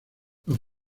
los